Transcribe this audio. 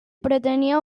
pretenia